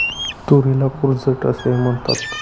तुरीला कूर्जेट असेही म्हणतात